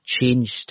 changed